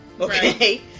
Okay